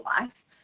life